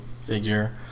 figure